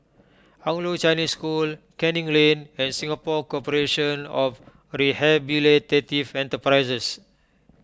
Anglo Chinese School Canning Lane and Singapore Corporation of Rehabilitative Enterprises